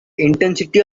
intensity